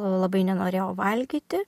labai nenorėjau valgyti